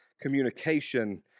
communication